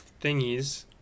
thingies